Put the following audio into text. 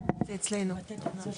לבטל.